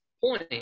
point